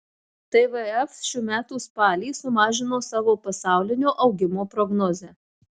tvf šių metų spalį sumažino savo pasaulinio augimo prognozę